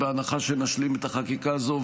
בהנחה שנשלים את החקיקה הזו,